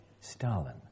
Stalin